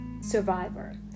survivor